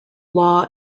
law